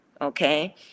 okay